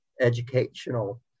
educational